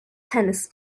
tennis